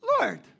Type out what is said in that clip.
Lord